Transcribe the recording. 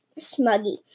smuggy